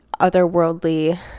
otherworldly